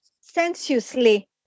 sensuously